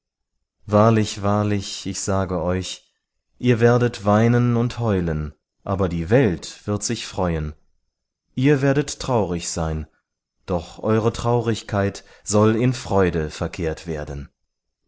wahrlich wahrlich ich sage euch ihr werdet weinen und heulen aber die welt wird sich freuen ihr werdet traurig sein doch eure traurigkeit soll in freude verkehrt werden